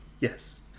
yes